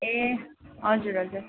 ए हजुर हजुर